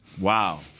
wow